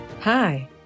Hi